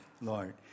Lord